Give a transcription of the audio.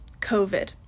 covid